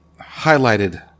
highlighted